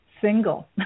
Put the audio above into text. single